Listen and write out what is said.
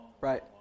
Right